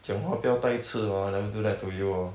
讲话不要带刺 hor I never do that to you hor